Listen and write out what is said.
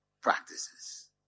practices